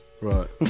Right